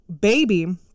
baby